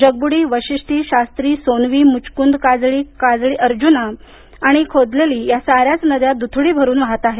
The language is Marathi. जगबुडी वाशिष्ठी शास्त्री सोनवी मुचकुंद काजळी काजळी अर्जुना आणि खोदलेली या सार्या च नद्या दुथडी भरून वाहत आहेत